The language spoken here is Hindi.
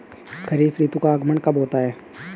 खरीफ ऋतु का आगमन कब होता है?